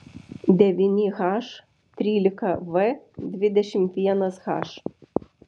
devyni h trylika v dvidešimt vienas h